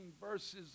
verses